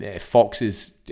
foxes